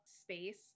space